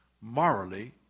Morally